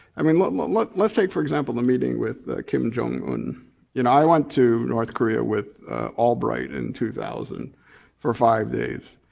i mean let's let's take for example the meeting with kim jong-un. you know i went to north korea with albright in two thousand for five days.